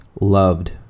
loved